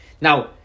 Now